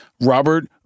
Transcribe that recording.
Robert